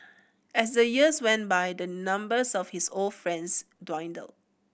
as the years went by the numbers of his old friends dwindled